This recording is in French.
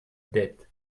dette